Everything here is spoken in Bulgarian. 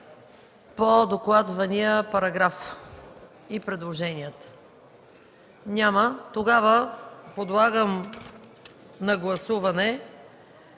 по докладвания параграф и предложенията? Няма. Подлагам на гласуване